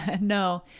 No